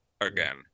again